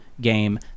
game